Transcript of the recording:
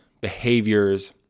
behaviors